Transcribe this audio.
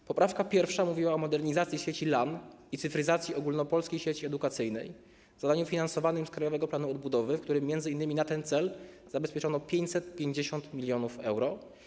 W poprawce pierwszej mowa była o modernizacji sieci LAN i cyfryzacji Ogólnopolskiej Sieci Edukacyjnej - zadaniu finansowanym z Krajowego Planu Odbudowy, w którym m.in. na ten cel zabezpieczono 550 mln euro.